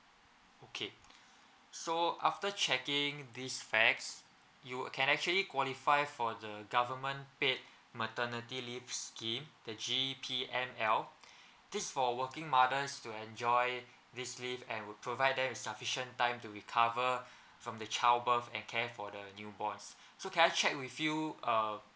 okay so after checking these facts you can actually qualify for the government paid maternity leave scheme the G_P_M_L this for working mothers to enjoy this leave and we'll provide them sufficient time to recover from the childbirth and care for the newborns so can I check with you um